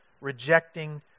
rejecting